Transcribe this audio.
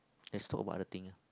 let's talk about other thing ah